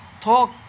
talk